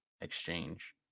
exchange